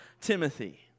Timothy